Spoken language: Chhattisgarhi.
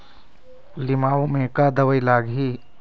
लिमाऊ मे का दवई लागिही?